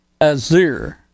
Azir